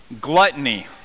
Gluttony